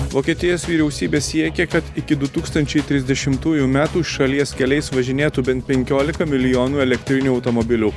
vokietijos vyriausybė siekia kad iki du tūkstančiai trisdešimtųjų metų šalies keliais važinėtų bent penkiolika milijonų elektrinių automobilių